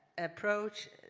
approach